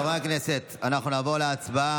חברי הכנסת, אנחנו נעבור להצבעה.